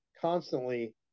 constantly